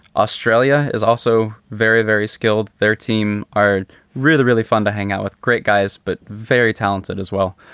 australia is also very, very skilled. their team are really, really fun to hang out with great guys, but very talented as well.